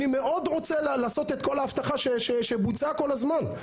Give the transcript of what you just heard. אני מאוד רוצה לעשות את כל האבטחה שבוצעה כל הזמן.